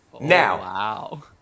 now